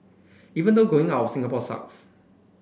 even though going out of Singapore sucks